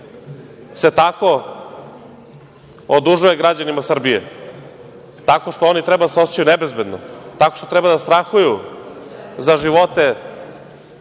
se tako odužuje građanima Srbije? Tako što oni treba da se osećaju nebezbedno? Tako što treba da strahuju za živote